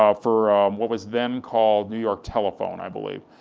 ah for what was then called, new york telephone, i believe,